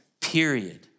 Period